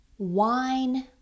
Wine